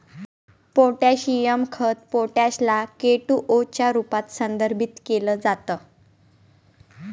potassium खत potash ला K two O च्या रूपात संदर्भित केल जात